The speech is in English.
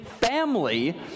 family